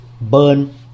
burn